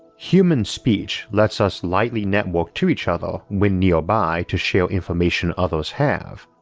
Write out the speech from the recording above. human speech lets us lightly network to each other when nearby to share information others have,